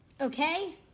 okay